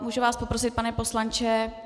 Můžu vás poprosit, pane poslanče?